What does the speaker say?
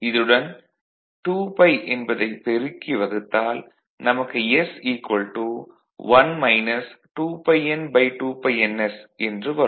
இதுடன் 2π என்பதை பெருக்கி வகுத்தால் நமக்கு s 1 2πn2πns என்று வரும்